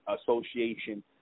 association